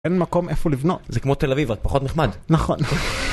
אין מקום איפה לבנות. זה כמו תל אביב, רק פחות נחמד. נכון.